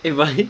eh but